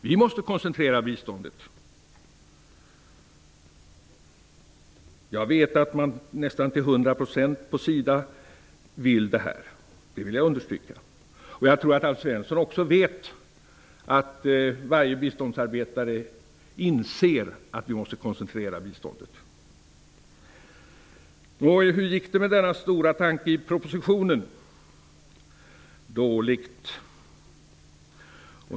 Vi måste koncentrera biståndet. Jag vet att SIDA till nästan 100 % vill ha en koncentration; det vill jag understryka. Jag tror att Alf Svensson också vet att varje biståndsarbetare inser att vi måste koncentrera biståndet. Nå, hur gick det då med denna stora tanke i propositionen? Dåligt!